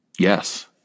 Yes